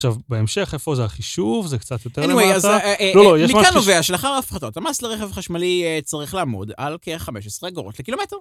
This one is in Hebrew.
עכשיו, בהמשך, איפה זה החישוב? זה קצת יותר למטה. בכל מקרה, אז מכאן נובע שלאחר ההפחתות, המס לרכב חשמלי צריך לעמוד על כ-15 אגורות לקילומטר.